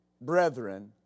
brethren